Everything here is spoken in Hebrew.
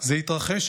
זה התרחש,